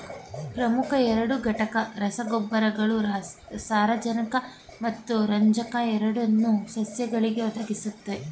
ಪ್ರಮುಖ ಎರಡು ಘಟಕ ರಸಗೊಬ್ಬರಗಳು ಸಾರಜನಕ ಮತ್ತು ರಂಜಕ ಎರಡನ್ನೂ ಸಸ್ಯಗಳಿಗೆ ಒದಗಿಸುತ್ವೆ